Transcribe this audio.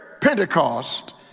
Pentecost